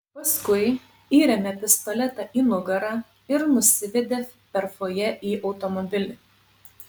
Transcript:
paskui įrėmė pistoletą į nugarą ir nusivedė per fojė į automobilį